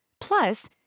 Plus